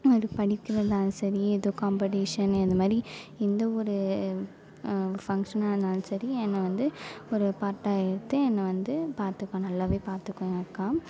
ஒரு படிப்பு வந்தாலும் சரி எதோ காம்படீஷன் அந்தமாதிரி எந்த ஒரு ஃபங்க்ஷனாக இருந்தாலும் சரி என்னை வந்து ஒரு பார்ட்டாக எடுத்து என்னை வந்து பார்த்துப்பா நல்லாவே பார்த்துக்கும் அக்கா